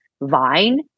Vine